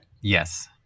Yes